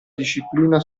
disciplina